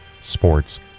Sports